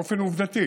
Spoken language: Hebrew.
באופן עובדתי